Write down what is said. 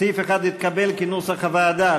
סעיף 1 התקבל כנוסח הוועדה.